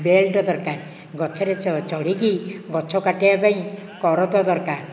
belt ଦରକାର ଗଛରେ ଚଢ଼ିକି ଗଛ କାଟିବା ପାଇଁ କରତ ଦରକାର